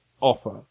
offer